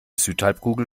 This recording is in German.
südhalbkugel